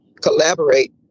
collaborate